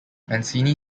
mancini